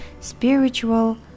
Spiritual